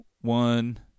one